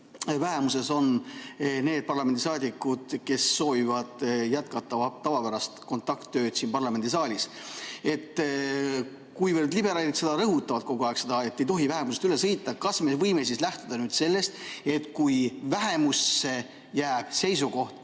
vähemuses on need parlamendisaadikud, kes soovivad jätkata tavapärast kontakttööd siin parlamendisaalis. Kuivõrd liberaalid rõhutavad kogu aeg seda, et ei tohi vähemusest üle sõita – kas me võime nüüd lähtuda sellest, et kui vähemusse jääb seisukoht,